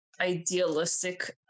idealistic